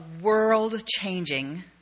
world-changing